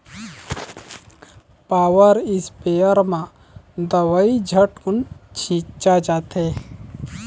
power sprayer म दवई झटकुन छिंचा जाथे